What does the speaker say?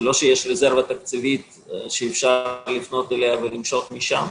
זה לא שיש רזרבה תקציבית שאפשר לפנות אליה ולמשוך משם.